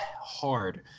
hard